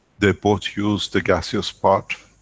they both use the gaseous part,